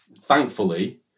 thankfully